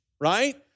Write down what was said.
right